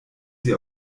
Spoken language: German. sie